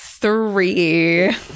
Three